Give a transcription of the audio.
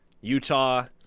Utah